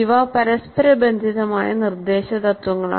ഇവ പരസ്പരബന്ധിതമായ നിർദേശ തത്വങ്ങളാണ്